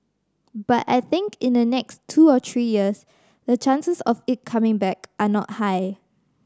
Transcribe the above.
but I think in the next two or three years the chances of it coming back are not high